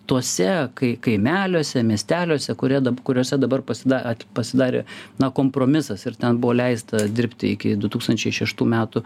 tuose kai kaimeliuose miesteliuose kurie dab kuriose dabar pasida pasidarė na kompromisas ir ten buvo leista dirbti iki du tūkstančiai šeštų metų